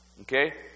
Okay